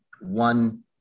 one